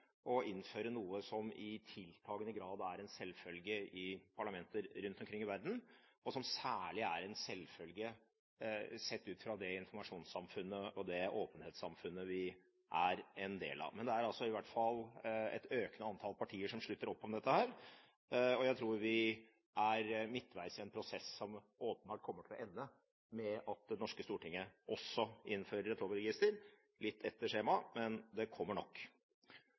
å innføre noe som i tiltakende grad er en selvfølge i parlamenter rundt omkring i verden, og som særlig er en selvfølge sett utfra det informasjonssamfunnet og det åpenhetssamfunnet vi er en del av. Men det er i hvert fall et økende antall partier som slutter opp om dette, og jeg tror vi er midtveis i en prosess som åpenbart kommer til å ende med at det norske Stortinget også innfører et lobbyregister – litt etter skjema, men det kommer nok.